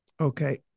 Okay